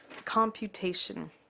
Computation